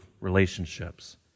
relationships